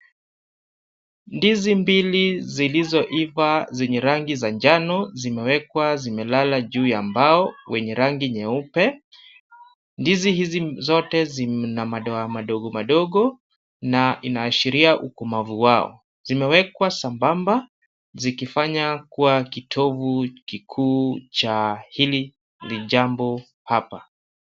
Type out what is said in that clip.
Ndizi mbili zilizoiva zenye rangi za njano zimewekwa zimelala juu ya mbao kwneyenrangi nyeupe.. Ndizi hizi zote Zina madoadoa madogo na inaashiria ukomavu wao. Zimeekwa sambamba zikifanya kuwa kitovu kikuu cha hili jambo hapa.